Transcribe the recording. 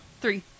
Three